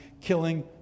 killing